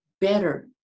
better